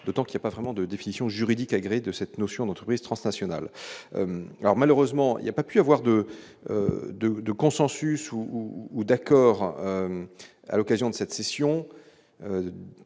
d'autant qu'il y a pas vraiment de définition juridique de cette notion d'entreprises transnationales alors malheureusement, il y a pu avoir de de de consensus ou ou d'accord à l'occasion de cette session